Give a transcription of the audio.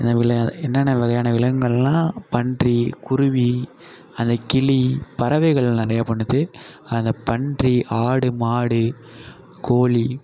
அந்த வில என்னென்ன வகையான விலங்குகள்லாம் பன்றி குருவி அந்த கிளி பறவைகள் நிறைய பண்ணுது அந்த பன்றி ஆடு மாடு கோழி